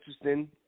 interesting